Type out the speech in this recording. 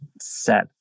set